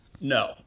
No